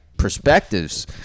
Perspectives